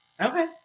Okay